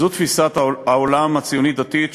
זו תפיסת העולם הציונית-דתית,